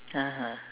(uh huh)